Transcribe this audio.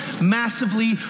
massively